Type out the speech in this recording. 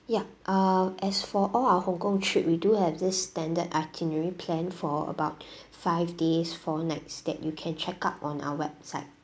ya uh as for all our hong kong trip we do have this standard itinerary plan for about five days four nights that you can check out on our website